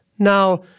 Now